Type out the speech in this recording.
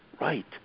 Right